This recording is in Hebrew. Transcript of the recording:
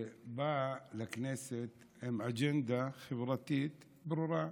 שבאה לכנסת עם אג'נדה חברתית ברורה: